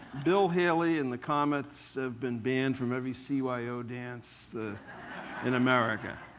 bill haley and the comets have been banned from every cyo dance in america.